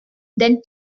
then